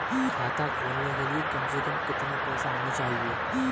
खाता खोलने के लिए कम से कम कितना पैसा होना चाहिए?